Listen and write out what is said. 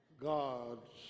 God's